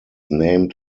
named